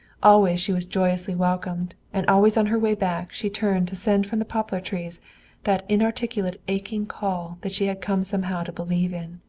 always she was joyously welcomed, and always on her way back she turned to send from the poplar trees that inarticulate aching call that she had come somehow to believe in.